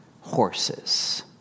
horses